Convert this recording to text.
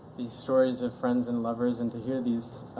these stories of friends and lovers and to hear these,